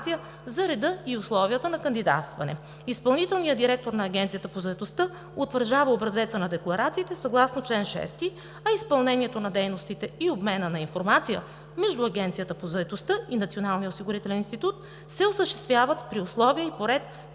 за реда и условията на кандидатстване. Изпълнителният директор на Агенцията по заетостта утвърждава образеца на декларациите съгласно чл. 6, а изпълнението на дейностите и обмена на информация между Агенцията по заетостта и Националния осигурителен институт се осъществяват при условия и по ред,